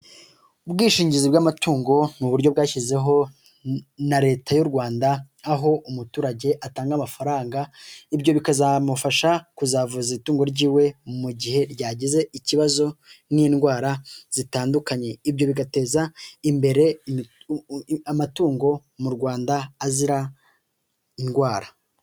Ubwishingizi bw'amatungo ni uburyo bwashyizeho na leta y'u Rwanda aho umuturage atanga amafaranga ibyo bikazamufasha kuzavuza itungo ryiwe mu gihe ryagize ikibazo n'indwara zitandukanye, ibyo bigateza imbere amatungo mu Rwanda azira indwara.